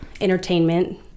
entertainment